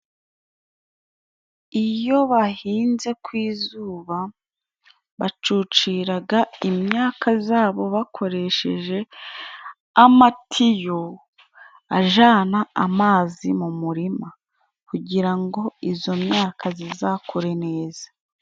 Iyo bahinze ku izuba, bacuciraga imyaka zabo bakoresheje amatiyo ajana amazi mu murima kugira ngo izo myaka zizakure neza.